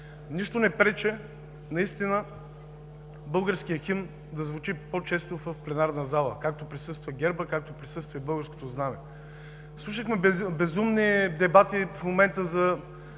Нищо не пречи българският химн да звучи по-често в пленарната зала както присъства гербът, както присъства и българското знаме. Слушахме безумни дебати в момента за